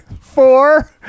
Four